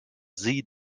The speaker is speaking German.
sie